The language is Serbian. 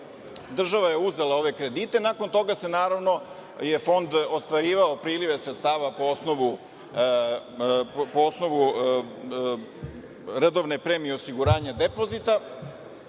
država je uzela ove kredite, a nakon toga je, naravno, Fond ostvarivao prilive sredstava po osnovu redovne premije osiguranja depozita